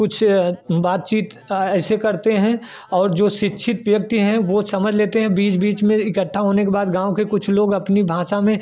कुछ बातचीत ऐसे करते हैं और जो शिक्षित व्यक्ति हैं वह समझ लेते हैं बीच बीच में इकट्ठा होने के बाद गाँव के कुछ लोग अपनी भाषा में